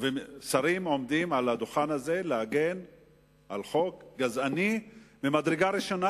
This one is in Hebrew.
שרים עומדים על הדוכן הזה להגן על חוק גזעני ממדרגה ראשונה,